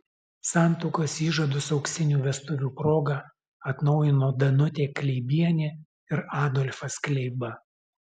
santuokos įžadus auksinių vestuvių proga atnaujino danutė kleibienė ir adolfas kleiba